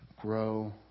Grow